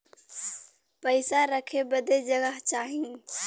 पइसा रखे बदे जगह चाही